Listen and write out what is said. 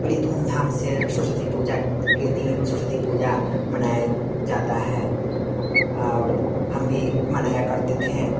बड़ी धूम धाम से सरस्वती पूजा के दिन सरस्वती पूजा मनाई जाती है और हम भी मनाया करते थे